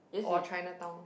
or Chinatown